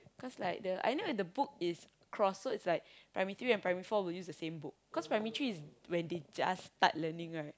cause like the I know the book is cross so its like primary three and primary four will use the same book cause primary three is when they just start learning right